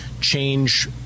change